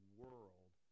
world